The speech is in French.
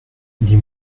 dis